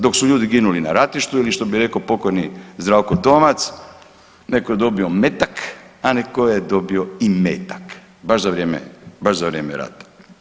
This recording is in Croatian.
Dok su ljudi ginuli na ratištu ili što bi rekao pokojni Zdravko Tomac, netko je dobio metak, a netko je dobio imetak, baš za vrijeme rata.